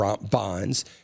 bonds